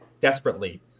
desperately